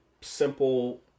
simple